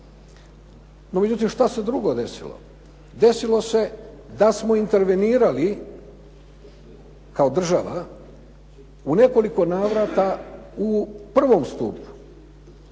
No međutim šta se drugo desilo. Desilo se da smo intervenirali kao država u nekoliko navrata u I. stupu.